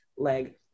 leg